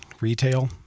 retail